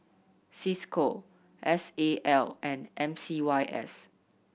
Cisco S A L and M C Y S